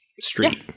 street